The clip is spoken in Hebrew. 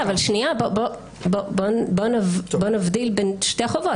בוא נבדיל בין שתי חובות.